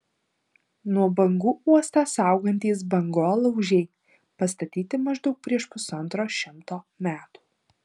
nuo bangų uostą saugantys bangolaužiai pastatyti maždaug prieš pusantro šimto metų